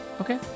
Okay